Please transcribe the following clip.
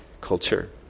culture